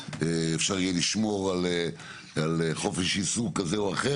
ואפשר יהיה לשמור על חופש עיסוק כזה או אחר.